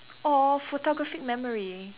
or photographic memory